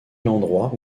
l’endroit